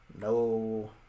No